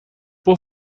por